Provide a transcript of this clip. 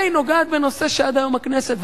והיא נוגעת בנושא שעד היום הכנסת,